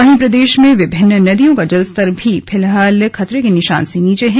वहीं प्रदेश में विभिन्न नदियों का जलस्तर भी फिलहाल खतरे के निशान से नीचे है